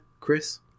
Chris